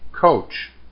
coach